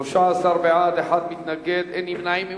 13 בעד, אחד מתנגד, אין נמנעים.